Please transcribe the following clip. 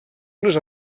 unes